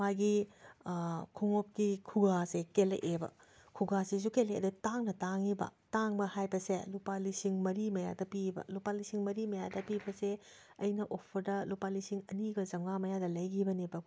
ꯃꯥꯒꯤ ꯈꯣꯡꯎꯞꯀꯤ ꯈꯨꯒꯥꯁꯦ ꯀꯦꯜꯂꯛꯑꯦꯕ ꯈꯨꯒꯥꯁꯤꯁꯨ ꯀꯦꯜꯂꯛꯑꯦ ꯑꯗꯒꯤ ꯇꯥꯡꯅ ꯇꯥꯡꯉꯤꯕ ꯇꯥꯡꯕ ꯍꯥꯏꯕꯁꯦ ꯂꯨꯨꯄꯥ ꯂꯤꯁꯤꯡ ꯃꯔꯤ ꯃꯌꯥꯗ ꯄꯤꯌꯦꯕ ꯂꯨꯨꯄꯥ ꯂꯤꯁꯤꯡ ꯃꯔꯤ ꯃꯌꯥꯗ ꯄꯤꯕꯁꯦ ꯑꯩꯅ ꯑꯣꯐꯔꯗ ꯂꯨꯄꯥ ꯂꯤꯁꯤꯡ ꯑꯅꯤꯒ ꯆꯥꯝꯉꯥ ꯃꯌꯥꯗ ꯂꯩꯒꯤꯕꯅꯦꯕꯀꯣ